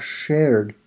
shared